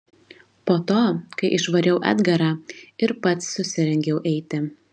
po to kai išvariau edgarą ir pats susirengiau eiti